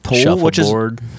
Shuffleboard